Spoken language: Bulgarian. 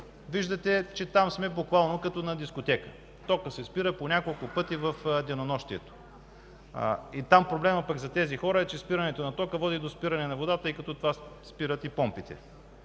Виждате, че там буквално сме като на дискотека – токът спира по няколко пъти в денонощието. Там проблемът за хората е, че спирането на тока води до спиране на водата, след което спират и помпите.